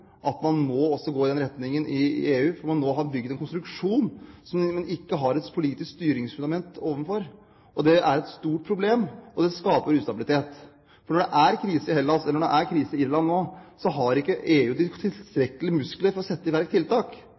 Man må også gå i den retningen i EU, for man har nå bygd en konstruksjon som ikke har et politisk styringsfundament. Det er et stort problem, som skaper ustabilitet. Når det nå er krise i Hellas og Irland, har ikke EU tilstrekkelige muskler til å sette i verk tiltak.